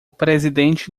presidente